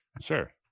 Sure